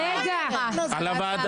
על הוועדה.